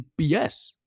BS